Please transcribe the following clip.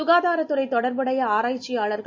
க்காதாரத் துறை தொடர்புடைய ஆராய்ச்சியாளர்கள்